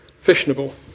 Fissionable